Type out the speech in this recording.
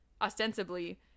ostensibly